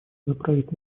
направить